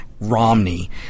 Romney